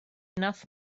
enough